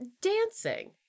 dancing